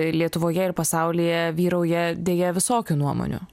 lietuvoje ir pasaulyje vyrauja deja visokių nuomonių